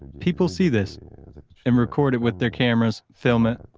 people see this and record it with their cameras, film it.